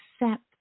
accept